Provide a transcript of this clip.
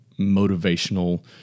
motivational